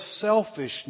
selfishness